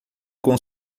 com